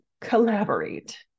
collaborate